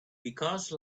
because